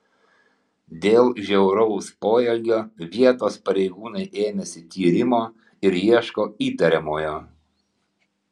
dėl žiauraus poelgio vietos pareigūnai ėmėsi tyrimo ir ieško įtariamojo